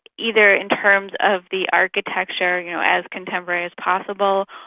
either in terms of the architecture you know as contemporary as possible,